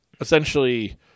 essentially